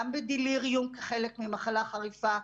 גם בדליריום כחלק ממחלה חריפה,